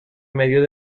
medio